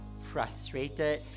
Frustrated